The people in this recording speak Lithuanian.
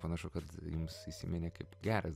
panašu kad jums įsiminė kaip geras